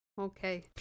Okay